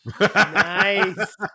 Nice